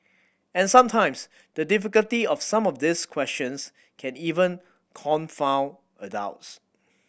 and sometimes the difficulty of some of these questions can even confound adults